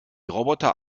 roboter